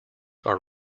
are